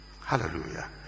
hallelujah